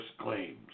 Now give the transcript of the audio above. claims